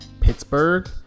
Pittsburgh